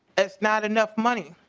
it's not enough money.